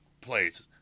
place